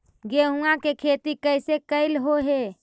गेहूआ के खेती कैसे कैलहो हे?